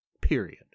period